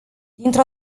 dintr